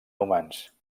humans